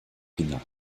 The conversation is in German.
finale